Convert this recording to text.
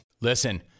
Listen